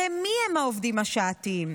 הרי מיהם העובדים השעתיים?